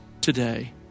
today